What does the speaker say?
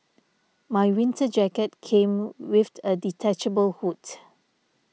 my winter jacket came with a detachable hood